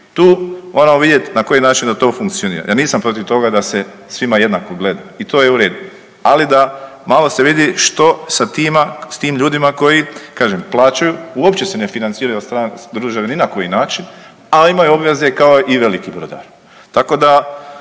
tu moramo vidjeti na koji način da to funkcionira. Ja nisam protiv toga da se svima jednako gleda i to je u redu, ali da malo se vidi što sa tima, s tim ljudima koji kažem plaćaju uopće se financiraju od strane države ni na koji način, a imaju obveze kao i veliki brodari. Tako da